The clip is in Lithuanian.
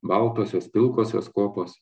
baltosios pilkosios kopos